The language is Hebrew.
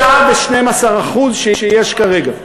הוא כבר 6% ו-12% שיש כרגע.